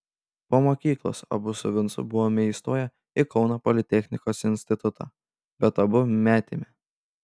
po mokyklos abu su vincu buvome įstoję į kauno politechnikos institutą bet abu metėme